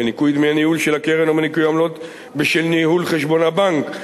בניכוי דמי הניהול של הקרן או בניכוי עמלות בשל ניהול חשבון הבנק,